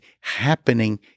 happening